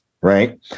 right